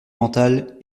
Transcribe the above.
mentale